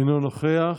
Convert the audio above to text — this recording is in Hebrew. אינו נוכח.